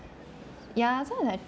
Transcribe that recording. ya sometimes